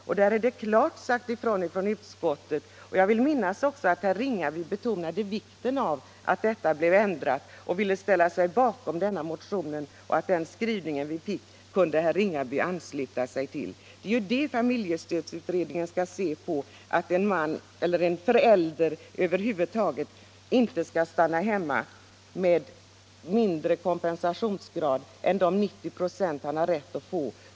Utskottet har gjort ett klart uttalande — och jag vill minnas att herr Ringaby också betonade vikten av att reglerna blev ändrade och ville ställa sig bakom motionen. Jag fick uppfattningen att herr Ringaby sade sig kunna ansluta sig till Nr 119 den skrivning vi gjorde. Det är det familjestödsutredningen skall se över Torsdagen den —- så att en förälder inte skall behöva stanna hemma med mindre kom 6 maj 1976 han eller hon har rätt att få.